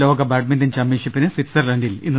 ലോക ബാഡ്മിന്റൺ ചാമ്പ്യൻഷിപ്പിന് സ്വിറ്റ്സർലന്റിൽ ഇന്ന് തുടക്കം